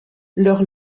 leur